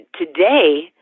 today